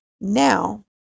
Now